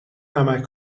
نمک